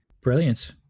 Brilliant